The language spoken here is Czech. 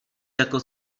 jako